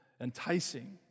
enticing